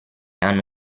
hanno